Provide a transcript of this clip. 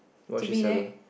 to